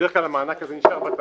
כשבדרך כלל המענק הזה נשאר בתאגיד.